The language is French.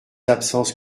absences